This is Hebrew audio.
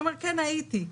הוא אומר: כן, הייתי.